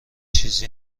چیزی